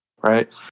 Right